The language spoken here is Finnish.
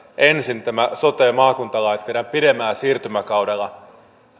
ensin nämä sote ja maakuntalait viedään pidemmällä siirtymäkaudella